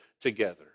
together